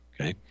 Okay